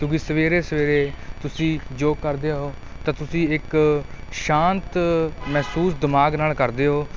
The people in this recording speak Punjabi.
ਕਿਉਂਕਿ ਸਵੇਰੇ ਸਵੇਰੇ ਤੁਸੀਂ ਯੋਗ ਕਰਦੇ ਹੋ ਤਾਂ ਤੁਸੀਂ ਇੱਕ ਸ਼ਾਂਤ ਮਹਿਸੂਸ ਦਿਮਾਗ ਨਾਲ ਕਰਦੇ ਹੋ